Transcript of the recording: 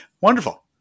Wonderful